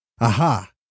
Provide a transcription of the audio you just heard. Aha